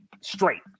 straight